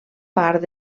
part